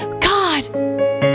God